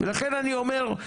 ולכן אני אומר,